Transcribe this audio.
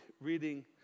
reading